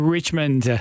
Richmond